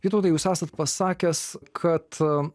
vytautai jūs esat pasakęs kad